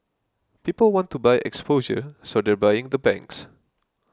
people want to buy exposure so they're buying the banks